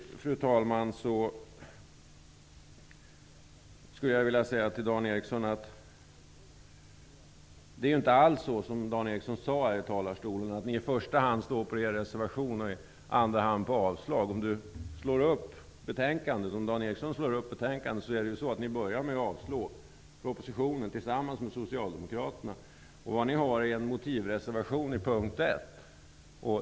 Avslutningsvis skulle jag vilja säga till Dan Eriksson att det inte alls är så som Dan Eriksson sade här i talarstolen att Ny demokrati i första hand står för reservationen och i andra hand yrkar avslag. Om Dan Eriksson slår upp betänkandet finner han att Ny demokrati börjar med att yrka avslag på propositionen tillsammans med Socialdemokraterna. Ni har en motivreservation i punkt 1.